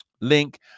link